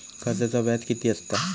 कर्जाचा व्याज कीती असता?